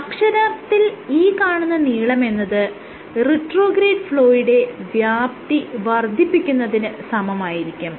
അക്ഷരാർത്ഥത്തിൽ ഈ കാണുന്ന നീളമെന്നത് റിട്രോഗ്രേഡ് ഫ്ലോയുടെ വ്യാപ്തി വർദ്ധിപ്പിക്കുന്നതിന് സമമായിരിക്കും